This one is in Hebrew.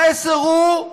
המסר הוא: